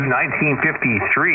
1953